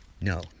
No